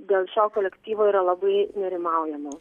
dėl šio kolektyvo yra labai nerimaujama